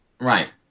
Right